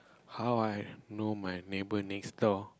how I know my neighbour next door